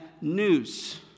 news